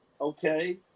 okay